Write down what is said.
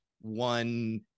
one